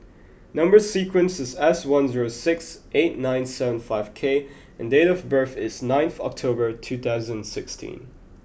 number sequence is S one zero six eight nine seven five K and date of birth is ninth October two thousand and sixteen